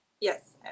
Yes